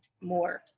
more